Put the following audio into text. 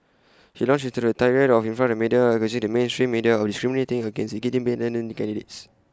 he launched into A tirade in front of the media accusing the mainstream media of discriminating against independent candidates